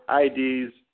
IDs